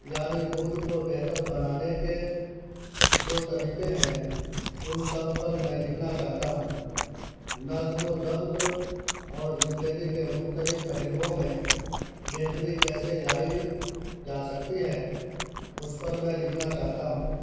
یعنی خود کو بہتر بنانے کے جو طریقے ہیں ان سب پر میں لکھنا چاہتا ہوں نظم و ضبط اور زندگی کے مختلف پہلوؤں میں بہتری کیسے لائی جا سکتی ہے اس پر میں لکھنا چاہتا ہوں